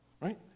Right